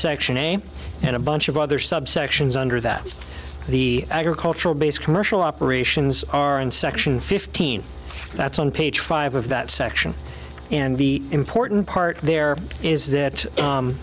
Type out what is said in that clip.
subsection a and a bunch of other subsections under that the agricultural base commercial operations are in section fifteen that's on page five of that section and the important part there is that